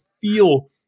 feel –